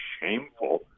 shameful